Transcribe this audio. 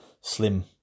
slim